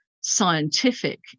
scientific